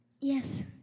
Yes